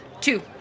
Two